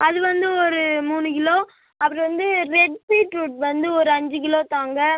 அது வந்து ஒரு மூணு கிலோ அப்புறம் வந்து ரெட் பீட்ரூட் வந்து ஒரு அஞ்சு கிலோ தாங்க